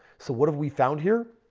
so, what have we found here?